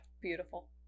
Beautiful